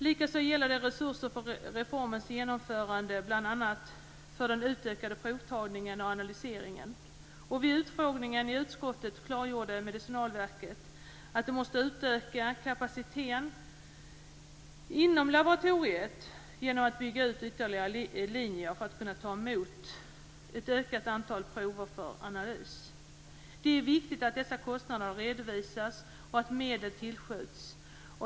Likaså gäller det resurser för reformens genomförande, bl.a. för den utökade provtagningen och analyseringen. Vid utfrågningen i utskottet klargjorde Rättsmedicinalverket att man måste utöka kapaciteten inom laboratoriet genom att bygga ut ytterligare linjer för att kunna ta emot ett ökat antal prover för analys. Det är viktigt att dessa kostnader redovisas och att medel tillskjuts.